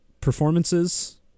performances